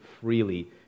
freely